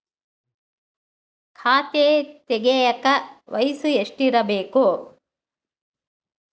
ಖಾತೆ ತೆಗೆಯಕ ವಯಸ್ಸು ಎಷ್ಟಿರಬೇಕು?